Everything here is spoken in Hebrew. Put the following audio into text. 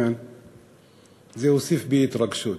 זה הוסיף בי התרגשות.